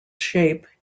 shape